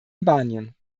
albanien